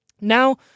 Now